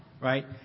right